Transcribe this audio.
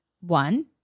one